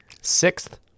Sixth